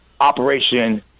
Operation